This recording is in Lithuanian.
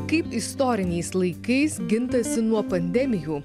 kaip istoriniais laikais gintasi nuo pandemijų